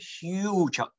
huge